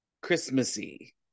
Christmassy